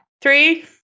Three